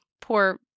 poor